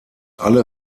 alle